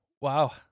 wow